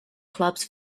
clubs